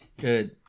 good